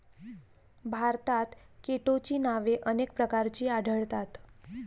भारतात केटोची नावे अनेक प्रकारची आढळतात